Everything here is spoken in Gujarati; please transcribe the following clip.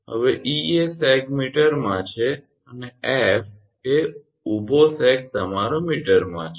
હવે e એ સેગ મીટરમાં છે અને f એ ઊભો સેગ તમારો મીટરમાં છે